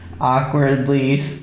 awkwardly